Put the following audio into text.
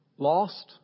Lost